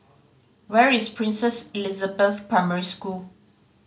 where is Princess Elizabeth Primary School